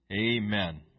Amen